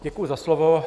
Děkuji za slovo.